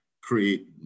create